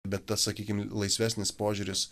bet tas sakykim laisvesnis požiūris